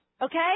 Okay